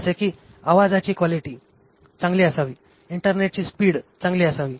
जसे की आवाजाची क्वालिटी चांगली असावी इंटरनेटची स्पीड चांगली असावी